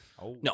No